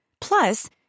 Plus